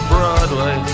Broadway